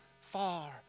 far